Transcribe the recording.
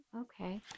okay